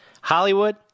Hollywood